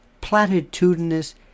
platitudinous